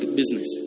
business